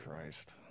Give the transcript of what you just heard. Christ